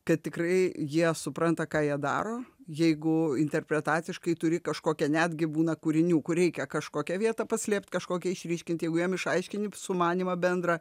kad tikrai jie supranta ką jie daro jeigu interpretaciškai turi kažkokią netgi būna kūrinių kur reikia kažkokią vietą paslėpt kažkokią išryškint jeigu jam išaiškini sumanymą bendrą